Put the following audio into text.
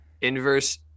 inverse